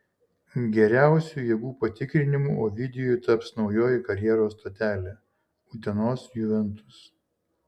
geriausiu jėgų patikrinimu ovidijui taps naujoji karjeros stotelė utenos juventus